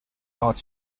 odd